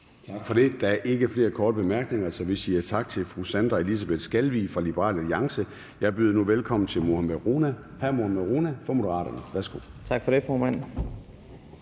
Tak for det. Der er ikke flere korte bemærkninger, så vi siger tak til fru Sandra Elisabeth Skalvig fra Liberal Alliance. Jeg byder nu velkommen til hr. Mohammad Rona fra Moderaterne. Værsgo. Kl. 11:29 (Ordfører)